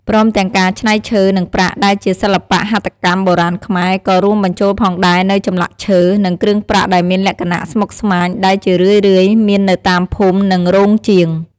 ព្រមទាំងការច្នៃឈើ និងប្រាក់ ដែលជាសិល្បៈហត្ថកម្មបុរាណខ្មែរ ក៏រួមបញ្ចូលផងដែរនូវចម្លាក់ឈើ និងគ្រឿងប្រាក់ដែលមានលក្ខណៈស្មុគស្មាញ ដែលជារឿយៗមាននៅតាមភូមិ និងរោងជាង។